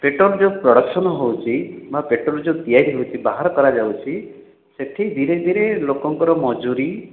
petrol ଯେଉଁ production ହେଉଛି ବା ପେଟ୍ରୋଲ୍ ଜେ ତିଆରି ହେଇକି ବାହାର କରାଯାଉଛି ସେଇଠି ଧିରେ ଧିରେ ଲୋକଙ୍କର ମଜୁରି